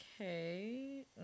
Okay